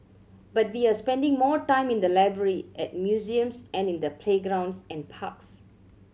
but we are spending more time in the library at museums and in the playgrounds and parks